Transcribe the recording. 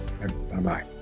Bye-bye